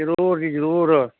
ਜ਼ਰੂਰ ਜੀ ਜ਼ਰੂਰ